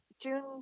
june